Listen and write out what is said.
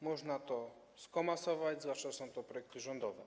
Można to skomasować, zwłaszcza że są to projekty rządowe.